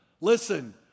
listen